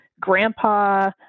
grandpa